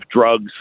drugs